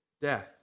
death